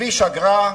כביש אגרה.